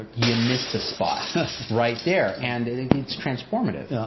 you missed a spot right there. and it's transformative.